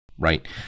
Right